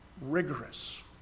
rigorous